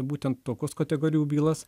būtent tokios kategorijų bylas